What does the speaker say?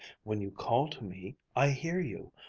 when you call to me, i hear you.